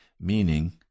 meaning